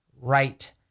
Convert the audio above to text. right